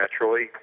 naturally